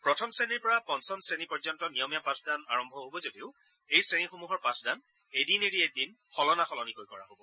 প্ৰথম শ্ৰেণীৰ পৰা পঞ্চম শ্ৰেণী পৰ্যন্ত নিয়মীয়া পাঠদান আৰম্ভ হ'ব যদিও এই শ্ৰেণীসমূহৰ পাঠদান এদিন এৰি এদিন সলনাসলনিকৈ কৰা হ'ব